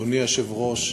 אדוני היושב-ראש,